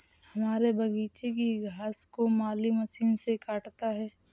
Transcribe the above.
हमारे बगीचे की घास को माली मशीन से काटता है